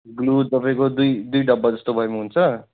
glue तपाईँको दुई दुई डब्बा जस्तो भयो भने पनि हुन्छ